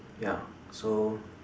ya so